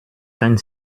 kein